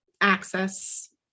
access